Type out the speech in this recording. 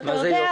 מי זה יוחאי?